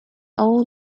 all